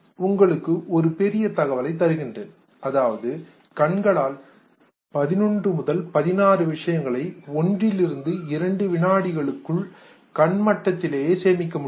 உங்களுக்கு ஒரு பெரிய தகவலைத் தருகின்றேன் அதாவது கண்களால் 11 முதல் 16 விஷயங்களை 1 2 வினாடிகளுக்கு கண் மட்டத்திலேயே சேமிக்க முடியும்